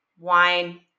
wine